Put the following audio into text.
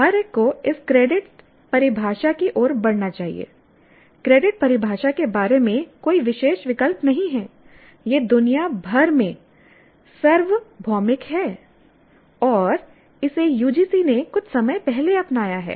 हर एक को इस क्रेडिट परिभाषा की ओर बढ़ना चाहिए क्रेडिट परिभाषा के बारे में कोई विशेष विकल्प नहीं है यह दुनिया भर में सार्वभौमिक है और इसे UGC ने कुछ समय पहले अपनाया है